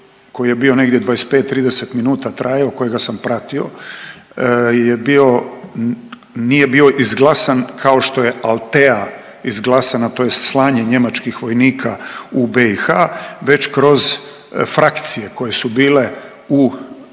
koji je bio negdje 25, 30 minuta trajao kojega sam pratio je bio, nije bio izglasan kao što je ALTEA izglasana tj. slanje njemačkih vojnika u BiH, već kroz frakcije koje su bile u